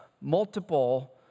multiple